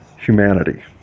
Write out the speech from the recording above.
humanity